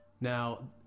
now